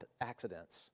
accidents